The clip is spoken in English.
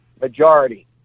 majority